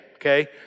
Okay